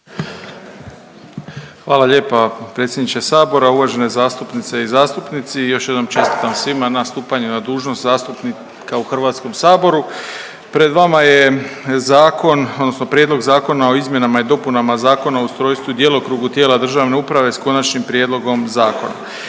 Hvala lijepa predsjedniče Sabora, uvažene zastupnice i zastupnici. Još jednom čestitam svima na stupanju na dužnost zastupnika u Hrvatskom saboru. Pred vama je zakon, odnosno prijedlog zakona o izmjenama i dopunama Zakona o ustrojstvu i djelokrugu tijela državne uprave sa konačnim prijedlogom zakona.